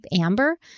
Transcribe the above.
Amber